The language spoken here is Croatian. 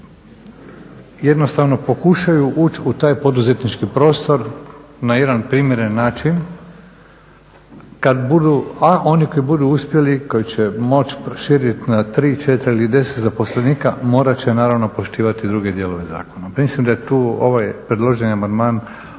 jednostavno pokušaju ući u taj poduzetnički prostor na jedan primjeren način kada budu, a oni koji budu uspjeli, koji će moći proširiti na 3, 4 ili 10 zaposlenika morati će naravno poštovati druge dijelove zakona. Mislim da je tu ovaj predloženi amandman